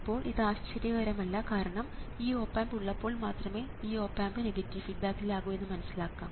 ഇപ്പോൾ ഇത് ആശ്ചര്യകരമല്ല കാരണം ഈ ഓപ് ആമ്പ് ഉള്ളപ്പോൾ മാത്രമേ ഈ ഓപ് ആമ്പ് നെഗറ്റീവ് ഫീഡ്ബാക്കിലാകൂ എന്ന് മനസ്സിലാക്കാം